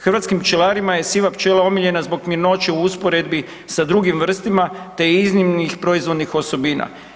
Hrvatskim pčelarima je siva pčela omiljena zbog mirnoće u usporedbi sa drugim vrstama te je iznimnih proizvodnih osobina.